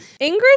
Ingrid